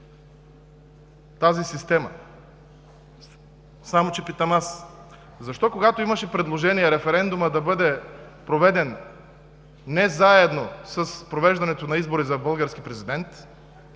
тази система. Но аз питам: защо когато имаше предложение референдумът да бъде проведен не заедно с провеждането на изборите за български президент,